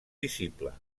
visible